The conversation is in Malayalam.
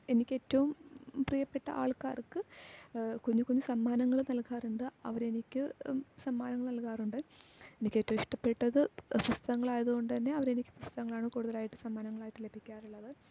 എനിക്കേറ്റവും പ്രിയപ്പെട്ട ആൾക്കാർക്ക് കുഞ്ഞു കുഞ്ഞു സമ്മാനങ്ങൾ നൽകാറുണ്ട് അവരെനിക്ക് സമ്മാനങ്ങൾ നൽകാറുണ്ട് എനിക്കേറ്റവും ഇഷ്ടപ്പെട്ടത് പുസ്തകങ്ങളായത് കൊണ്ട് തന്നെ അവർ എനിക്ക് പുസ്തകങ്ങളാണ് കൂടുതലായിട്ട് സമ്മാനങ്ങളായിട്ട് ലഭിക്കാറുള്ളത്